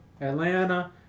Atlanta